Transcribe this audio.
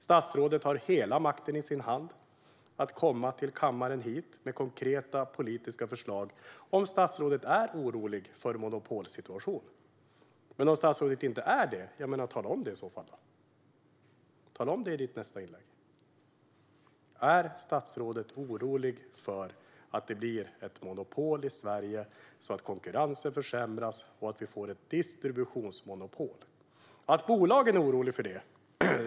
Statsrådet har hela makten i sin hand att komma hit till kammaren med konkreta politiska förslag om statsrådet är orolig för en monopolsituation. Om statsrådet inte är det, tala då om det! Tala om det i nästa inlägg! Är statsrådet orolig för att det blir ett monopol i Sverige så att konkurrensen försämras och vi får ett distributionsmonopol? Bolagen är oroliga för det.